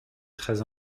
très